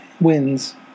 wins